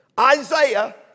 Isaiah